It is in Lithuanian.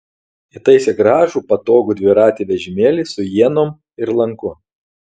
įtaisė gražų patogų dviratį vežimėlį su ienom ir lanku